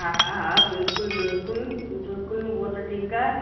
हा हा बिल्कुलु बिल्कुलु हूअ त ठीकु आहे